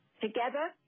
Together